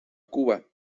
cuba